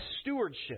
stewardship